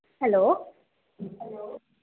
hello